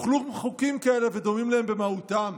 וכלום חוקים כאלה ודומים להם במהותם,